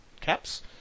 caps